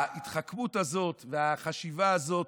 ההתחכמות הזאת והחשיבה הזאת,